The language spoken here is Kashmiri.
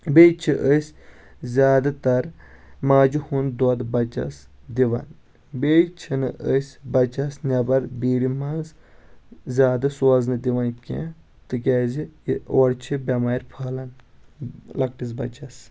بیٚیہِ چھ أسۍ زیٛادٕ تر ماجہِ ہُنٛد دۄد بچس دِوان بیٚیہِ چھنہٕ أسۍ بچس نیٚبر بیٖڑِ منٛز زیٛادٕ سوزنہٕ دِوان کیٚنٛہہ تِکیٛازِ یہِ اور چھ بٮ۪مارِ پھہلن لۄکٹِس بچس